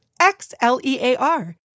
X-L-E-A-R